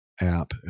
app